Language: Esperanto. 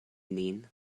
nin